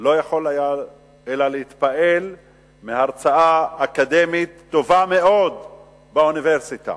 לא יכול היה אלא להתפעל מהרצאה אקדמית טובה מאוד באוניברסיטה,